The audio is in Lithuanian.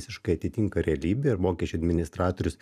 visiškai atitinka realybę ir mokesčių administratorius